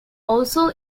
also